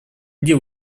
где